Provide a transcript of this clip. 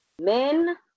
men